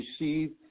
receive